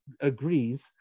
agrees